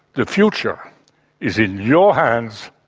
the future is in your hands.